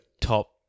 top